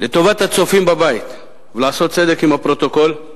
לטובת הצופים בבית, ולעשות צדק עם הפרוטוקול,